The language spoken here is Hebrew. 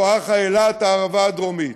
בואכה אילת והערבה הדרומית.